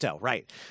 right